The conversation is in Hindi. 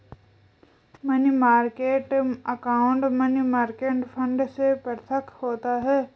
money market account money market fund से पृथक होता है